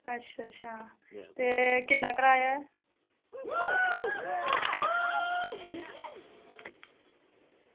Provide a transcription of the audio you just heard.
अच्छा ते किन्ना किराया